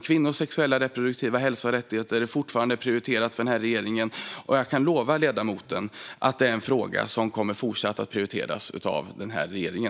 Kvinnors sexuella och reproduktiva hälsa och rättigheter är fortfarande prioriterat för regeringen, och jag kan lova ledamoten att denna fråga kommer att fortsätta prioriteras av regeringen.